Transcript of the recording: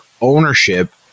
ownership